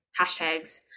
hashtags